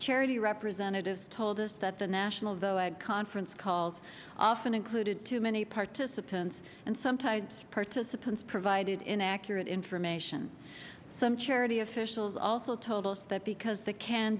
charity representatives told us that the national though i had conference calls often included too many participants and some types of participants provided inaccurate information some charity officials also told us that because the can